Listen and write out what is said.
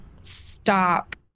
stop